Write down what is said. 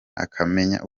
akamenya